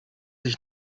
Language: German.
ich